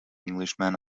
englishman